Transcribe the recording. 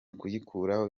kuyikoraho